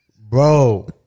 Bro